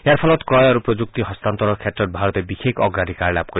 ইয়াৰ ফলত ক্ৰয় আৰু প্ৰযুক্তি হস্তান্তৰৰ ক্ষেত্ৰত ভাৰতে বিশেষ অগ্ৰাধিকাৰ লাভ কৰিব